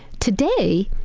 today,